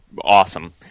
awesome